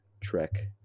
Trek